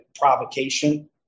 provocation